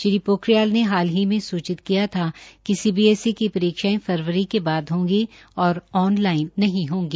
श्री ोखिरीयाल ने हाल ही मे सूचित किया था कि सीबीएसई की प्रीक्षायें फरवरी के बाद होगी और ऑनलाइन नहीं होगी